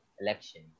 election